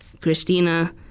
Christina